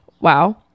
Wow